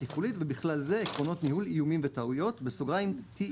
תפעולית ובכלל זה עקרונות ניהול איומים וטעויות (TEM);